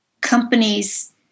companies